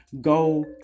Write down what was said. go